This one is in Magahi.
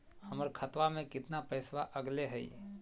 हमर खतवा में कितना पैसवा अगले हई?